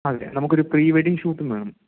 അതെ നമുക്കൊരു pre wedding ഷൂട്ടും വേണം